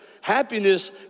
happiness